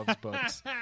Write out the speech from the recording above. books